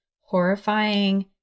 horrifying